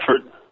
effort